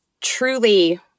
truly